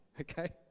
okay